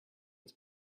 its